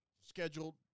scheduled